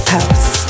House